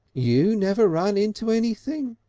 you never run into anything.